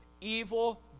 evil